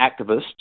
activists